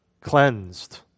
cleansed